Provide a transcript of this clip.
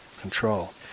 control